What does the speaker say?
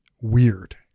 weird